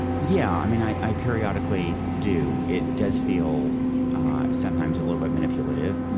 yeah. i mean, i i periodically do. it does feel sometimes a little bit manipulative.